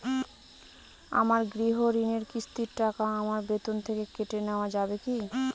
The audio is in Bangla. আমার গৃহঋণের কিস্তির টাকা আমার বেতন থেকে কেটে নেওয়া যাবে কি?